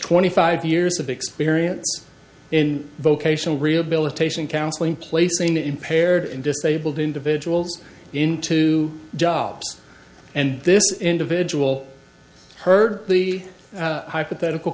twenty five years of experience in vocational rehabilitation counseling placing the impaired and disabled individuals into jobs and this individual heard the hypothetical